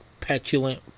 petulant